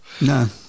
No